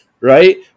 right